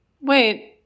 Wait